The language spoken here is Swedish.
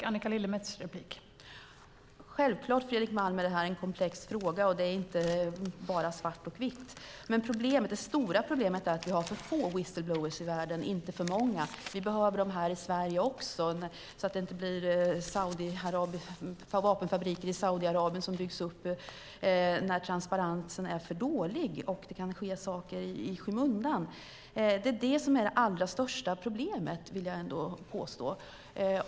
Fru talman! Självklart är detta en komplex fråga, och det är inte bara svart och vitt. Men det stora problemet är att vi har för få whistleblowers i världen, inte för många. Vi behöver dem här i Sverige också, så att det inte byggs upp vapenfabriker i Saudiarabien när transparensen är för dålig och det kan ske saker i skymundan. Det är det som är det allra största problemet, vill jag ändå påstå.